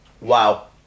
Wow